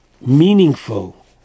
meaningful